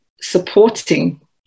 supporting